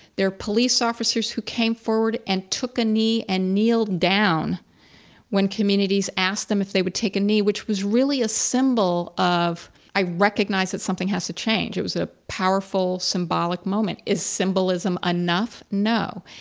there are police officers who came forward and took a knee and kneeled down when communities asked them if they would take knee, which was really a symbol of i recognize that something has to change. it was a powerful symbolic moment, is symbolism enough? no.